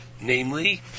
Namely